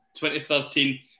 2013